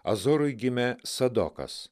azorui gimė sadokas